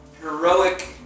heroic